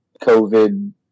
COVID